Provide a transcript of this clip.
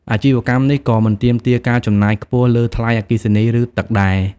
អាជីវកម្មនេះក៏មិនទាមទារការចំណាយខ្ពស់លើថ្លៃអគ្គិសនីឬទឹកដែរ។